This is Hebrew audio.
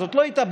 זאת לא התאבדות.